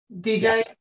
DJ